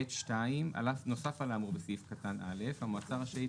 (ב2) נוסף על האמור בסעיף קטן (א) המועצה רשאית